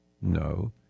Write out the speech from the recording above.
No